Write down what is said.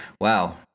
Wow